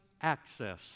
access